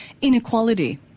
inequality